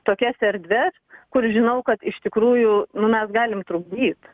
tokias erdves kur žinau kad iš tikrųjų nu mes galime trukdyt